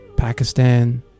pakistan